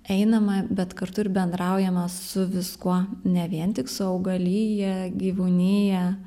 einama bet kartu ir bendraujama su viskuo ne vien tik su augalija gyvūnija